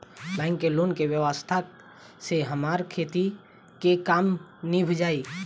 bank के loan के व्यवस्था से हमार खेती के काम नीभ जाई